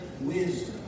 wisdom